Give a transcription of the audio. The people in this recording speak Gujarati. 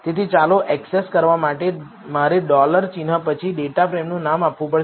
તેથી ચલો એક્સેસ કરવા માટે મારે ડૉલર ચિન્હ પછી ડેટાફ્રેમનું નામ આપવું પડશે